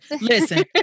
listen